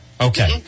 Okay